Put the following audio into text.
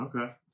Okay